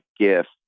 gift